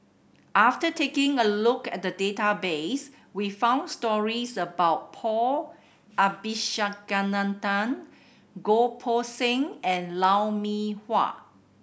after taking a look at the database we found stories about Paul Abisheganaden Goh Poh Seng and Lou Mee Wah